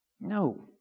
No